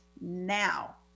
now